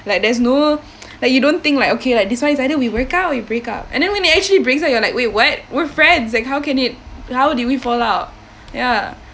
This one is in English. like there's no like you don't think like okay lah this one is either we work out or we break up and then when it actually breaks up you like wait what we're friends and how can it how did we fall out ya